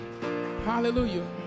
Hallelujah